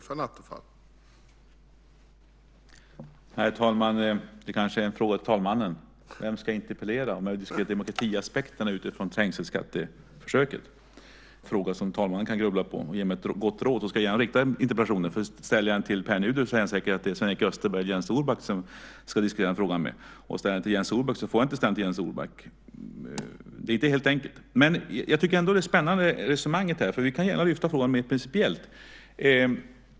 Herr talman! Det här kanske är en fråga för talmannen. Vem ska man interpellera om man vill diskutera demokratiaspekterna utifrån trängselskatteförsöket? Det är en fråga som jag tycker att talmannen kan grubbla på och ge mig ett gott råd, så ska jag gärna rikta interpellationen till rätt statsråd. Om jag ställer den till Pär Nuder säger han säkert att det är Sven-Erik Österberg eller Jens Orback som jag ska diskutera frågan med. Om jag ställer den till Jens Orback får jag inte göra det. Det är inte helt enkelt. Jag tycker ändå att resonemanget här är spännande. Vi kan gärna lyfta fram frågan mer principiellt.